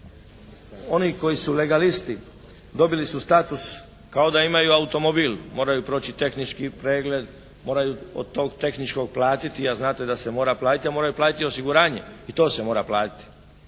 oni koji su legalisti dobili su status kao da imaju automobil. Moraju proći tehnički pregled. Moraju od tog tehničkog platiti, a znate da se mora platiti, a moraju platiti osiguranje. I to se mora platiti.